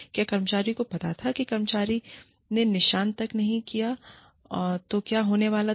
क्या कर्मचारी को पता था कि यदि कर्मचारी ने निशान तक नहीं किया तो क्या होने वाला था